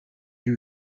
eut